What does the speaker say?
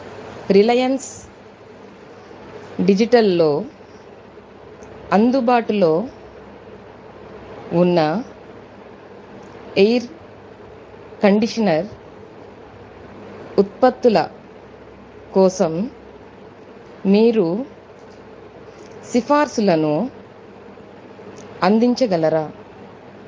Reliance డిజిటల్లో అందుబాటులో ఉన్న ఎయిర్ కండీషనర్ ఉత్పత్తుల కోసం మీరు సిఫార్సులను అందించగలరా